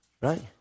Right